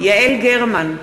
לא מפריעים בזמן ההצבעה.